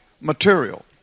material